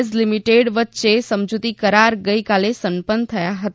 Z limited વચ્ચે સમજૂતી કરાર ગઇકાલે સંપન્ન થયા હતા